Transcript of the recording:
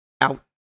out